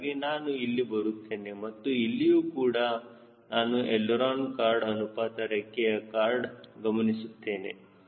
ಹೀಗಾಗಿ ನಾನು ಇಲ್ಲಿ ಬರುತ್ತೇನೆ ಮತ್ತು ಇಲ್ಲಿಯೂ ಕೂಡ ನಾನು ಎಳಿರೋನ ಕಾರ್ಡ್ ಅನುಪಾತ ರೆಕ್ಕೆಯ ಕಾರ್ಡ್ ಗಮನಿಸುತ್ತೇನೆ